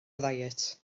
ddiet